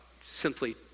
simply